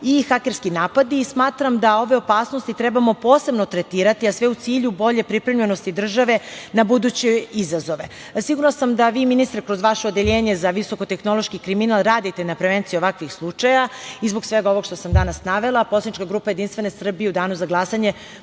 i hakerski napadi. Smatram da ove opasnosti trebamo posebno tretirati, a sve u cilju bolje pripremljenosti države na buduće izazove. Sigurna sam da vi, ministre, kroz vaše Odeljenje za visokotehnološki kriminal radite na prevenciji ovakvih slučajeva. Zbog svega ovoga što sam danas navela, poslanička grupa JS u danu za glasanje